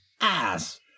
ass